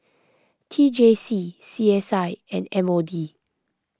T J C C S I and M O D